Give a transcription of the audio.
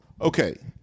Okay